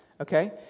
okay